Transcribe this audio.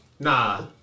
Nah